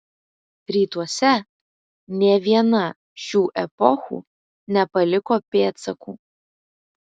rytuose nė viena šių epochų nepaliko pėdsakų